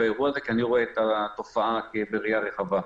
האירוע הזה כי אני רואה אתה תופעה בראייה רחבה.